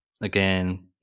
again